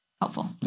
Helpful